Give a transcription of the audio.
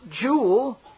jewel